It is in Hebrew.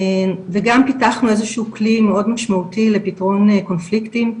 וגם פיתחנו איזה שהוא כלי מאוד משמעותי לפתרון קונפליקטים,